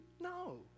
No